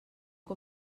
que